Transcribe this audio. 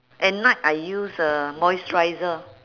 at night I use uh moisturiser